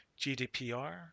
GDPR